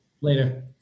Later